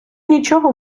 нічого